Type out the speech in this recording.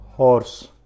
Horse